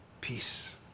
peace